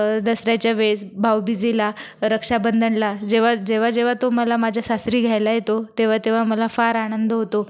दसऱ्याच्या वेळेस भाऊबीजेला रक्षाबंधनाला जेव्हा जेव्हा जेव्हा तो मला माझ्या सासरी घ्यायला येतो तेव्हा तेव्हा मला फार आनंद होतो